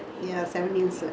seven years lah